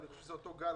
אני חושב שזה אותו גל,